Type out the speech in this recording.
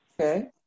Okay